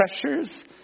pressures